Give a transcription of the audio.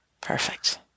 Perfect